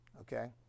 okay